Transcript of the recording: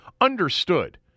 Understood